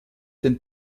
den